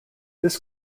this